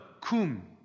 kum